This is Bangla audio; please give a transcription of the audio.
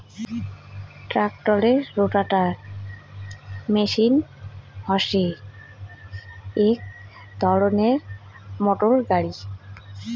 ট্রাক্টরের রোটাটার মেশিন হসে এক ধরণের মোটর গাড়ি